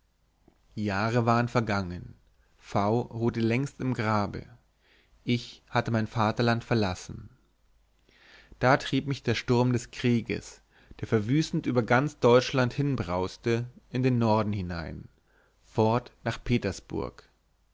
jahre waren vergangen v ruhte längst im grabe ich hatte mein vaterland verlassen da trieb mich der sturm des krieges der verwüstend über ganz deutschland hinbrauste in den norden hinein fort nach petersburg